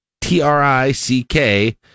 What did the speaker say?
T-R-I-C-K